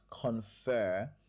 confer